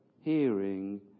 hearing